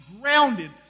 grounded